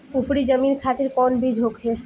उपरी जमीन खातिर कौन बीज होखे?